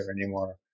anymore